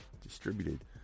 distributed